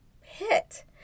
hit